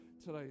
today